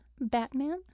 Batman